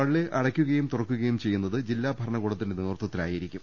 പള്ളി അടയ്ക്കു കയും തുറക്കുകയും ചെയ്യുന്നത് ജില്ലാ ഭരണകൂടത്തിന്റെ നേതൃത്വത്തിൽ ആയിരിക്കും